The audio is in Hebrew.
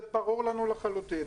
זה ברור לנו לחלוטין,